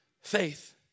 faith